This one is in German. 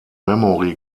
memory